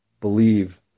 believe